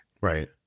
right